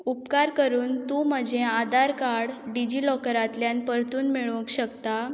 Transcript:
उपकार करून तूं म्हजें आधार कार्ड डिजी लॉकरांतल्यान परतून मेळोवंक शकता